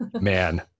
Man